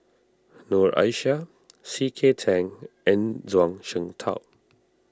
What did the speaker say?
Noor Aishah C K Tang and Zhuang Shengtao